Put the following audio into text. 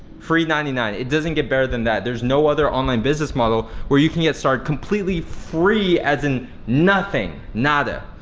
free ninety nine, it doesn't get better than that. there's no other online business model where you can get started completely free, as in nothing, nata.